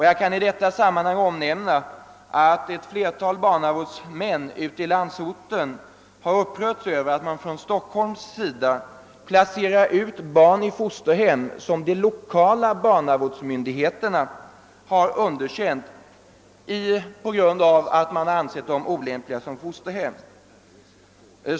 Jag kan i detta sammanhang omnämna att ett flertal barnavårdsmän ute i landsorten har upprörts över att man från Stockholm placerar ut barn i fosterhem som de lokala barnavårdsmyndigheterna har underkänt på grund av att de ansetts vara olämpliga som fosterhem.